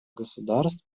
государств